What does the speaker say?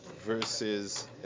versus